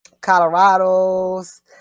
Colorados